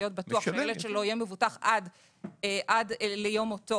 להיות בטוח שהילד שלו יהיה מבוטח עד ליום מותו